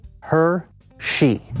her-she